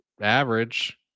average